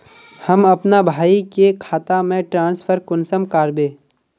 हम अपना भाई के खाता में ट्रांसफर कुंसम कारबे?